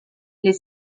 les